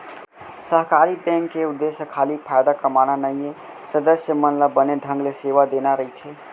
सहकारी बेंक के उद्देश्य खाली फायदा कमाना नइये, सदस्य मन ल बने ढंग ले सेवा देना रइथे